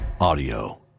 audio